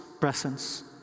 presence